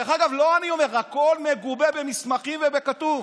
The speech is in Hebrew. דרך אגב, לא אני אומר, הכול מגובה במסמכים ובכתוב.